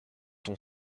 ton